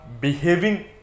behaving